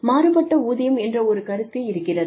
மாறுபட்ட ஊதியம் என்ற ஒரு கருத்து இருக்கிறது